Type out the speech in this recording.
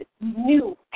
new